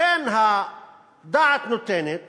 לכן, הדעת נותנת